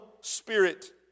spirit